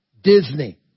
Disney